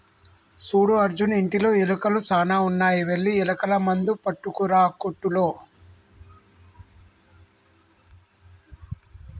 సూడు అర్జున్ ఇంటిలో ఎలుకలు సాన ఉన్నాయి వెళ్లి ఎలుకల మందు పట్టుకురా కోట్టులో